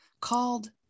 called